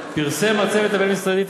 פרסם הצוות הבין-משרדי את